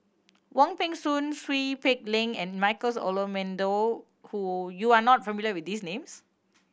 Wong Peng Soon Seow Peck Leng and Michael's Olcomendy who you are not familiar with these names